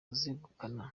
uzegukana